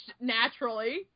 naturally